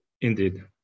Indeed